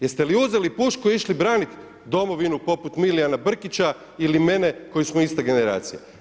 Jeste li uzeli pušku i išli braniti domovinu poput Milijana Brkića ili mene koji smo ista generacija.